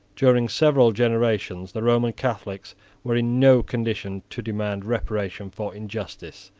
during several generations the roman catholics were in no condition to demand reparation for injustice,